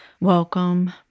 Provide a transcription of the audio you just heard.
welcome